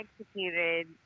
executed